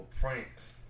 pranks